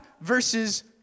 versus